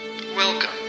Welcome